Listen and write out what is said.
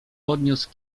podniósł